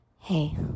Hey